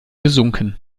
gesunken